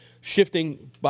shifting